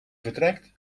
vertrekt